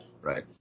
Right